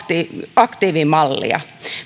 aktiivimallia